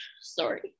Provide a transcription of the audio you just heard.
sorry